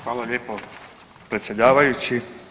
Hvala lijepo predsjedavajući.